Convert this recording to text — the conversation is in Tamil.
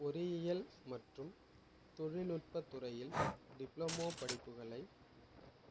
பொறியியல் மற்றும் தொழில்நுட்பத் துறையில் டிப்ளமோ படிப்புகளை